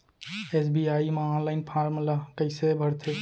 SBI म online form ल कइसे भरथे?